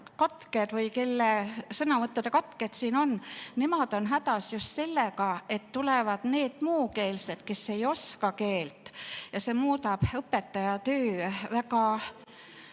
praktikud, kelle sõnavõttude katked siin on, on hädas just sellega, et tulevad need muukeelsed, kes ei oska [eesti] keelt, ja see muudab õpetaja töö väga